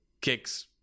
kicks